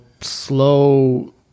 slow